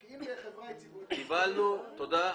תודה.